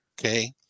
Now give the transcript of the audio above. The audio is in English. okay